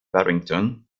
barrington